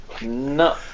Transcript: No